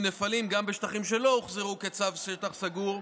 נפלים גם בשטחים שלא הוחזרו בצו שטח סגור,